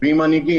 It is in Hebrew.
ועם מנהיגים.